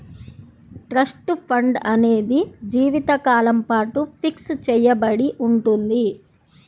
trust fund అనేది జీవితకాలం పాటు ఫిక్స్ చెయ్యబడి ఉంటుంది